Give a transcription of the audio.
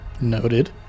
Noted